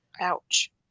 Ouch